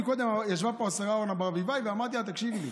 קודם ישבה פה השרה אורנה ברביבאי ואמרתי לה: תקשיבי לי,